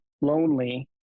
lonely